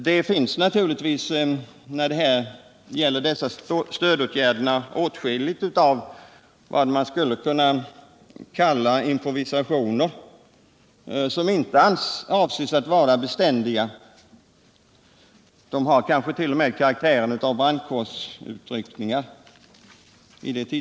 Det finns naturigtvis när det gäller dessa stödåtgärder åtskilligt av improvisationer, som alltså inte avses att vara beständiga; de har ibland t.o.m. karaktären av brandkårsutryckningar.